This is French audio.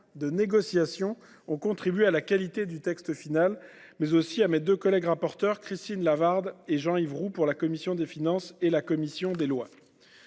de négociation, ont contribué à la qualité du texte, ainsi que mes deux collègues rapporteurs, Christine Lavarde et Jean-Yves Roux, pour la commission des finances et la commission des lois.